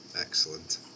Excellent